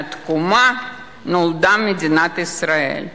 ומהתקומה נולדה מדינת ישראל,